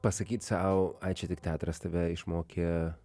pasakyt sau ai čia tik teatras tave išmokė